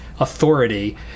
authority